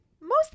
mostly